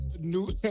new